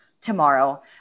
tomorrow